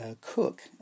cook